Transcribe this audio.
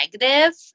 negative